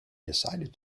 decided